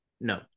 No